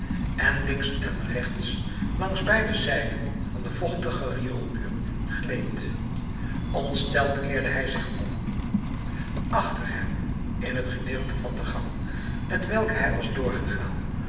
en links en rechts langs beide zijden van den vochtigen rioolmuur gleed ontsteld keerde hij zich om achter hem in het gedeelte van de gang t welk hij was doorgegaan